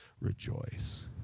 rejoice